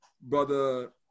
Brother